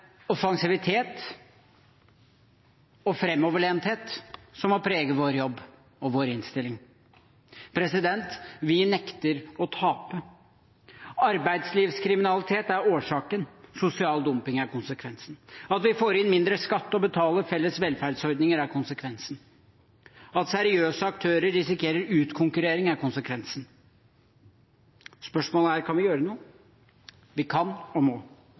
offensivitet og fremoverlenthet som må prege vår jobb og vår innstilling. Vi nekter å tape. Arbeidslivskriminalitet er årsaken. Sosial dumping er konsekvensen. At vi får inn mindre skatt til å betale felles velferdsordninger, er konsekvensen. At seriøse aktører risikerer utkonkurrering, er konsekvensen. Spørsmålet er: Kan vi gjøre noe? Vi kan og må.